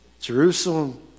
Jerusalem